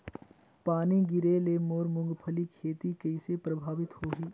पानी गिरे ले मोर मुंगफली खेती कइसे प्रभावित होही?